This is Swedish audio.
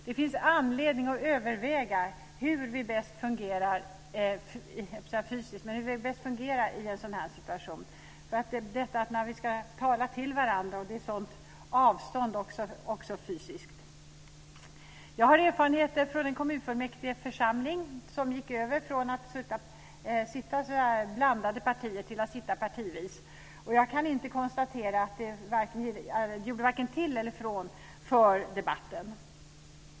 Det finns anledning att överväga detta i en situation när vi ska tala till varandra och det är ett stort fysiskt avstånd. Jag har erfarenheter från en kommunfullmäktigeförsamling som gick över från att sitta som blandade partier till att sitta partivis, och jag kan inte konstatera att det gjorde vare sig till eller från för debatten.